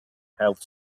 health